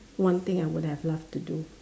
one thing I would have loved to do